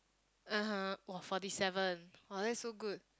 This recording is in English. (aha) !woah! forty seven !wah! that's so good